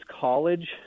College